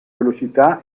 velocità